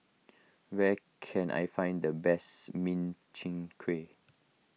where can I find the best Min Chiang Kueh